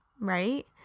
right